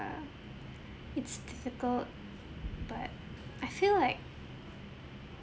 it's difficult but I feel like